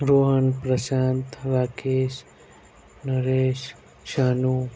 Rohan Prashant Rakesh Naresh Shanu